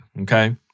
okay